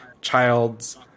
child's